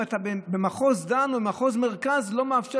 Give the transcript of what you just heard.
אם אתה במחוז דן או במחוז מרכז לא מאפשרים